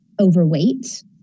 overweight